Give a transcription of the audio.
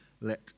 let